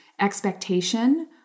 expectation